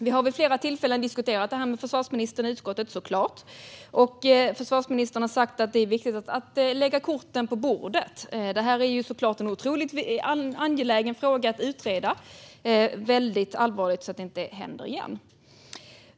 Vi har vid flera tillfällen diskuterat detta med försvarsministern i utskottet, och han har sagt att det är viktigt att lägga korten på bordet. Detta är såklart en otroligt angelägen och väldigt allvarlig fråga att utreda så att det inte händer igen.